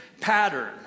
pattern